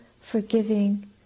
forgiving